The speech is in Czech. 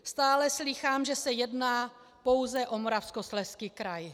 Stále slýchám, že se jedná pouze o Moravskoslezský kraj.